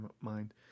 mind